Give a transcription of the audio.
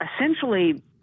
essentially